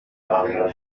marion